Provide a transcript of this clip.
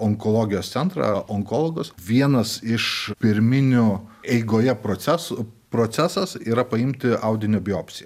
onkologijos centrą onkologas vienas iš pirminių eigoje procesų procesas yra paimti audinio biopsiją